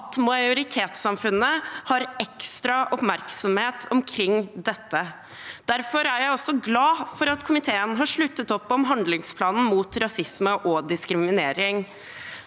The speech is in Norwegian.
at majoritetssamfunnet har ekstra oppmerksomhet omkring dette. Derfor er jeg også glad for at komiteen har sluttet opp om handlingsplanen mot rasisme og diskriminering.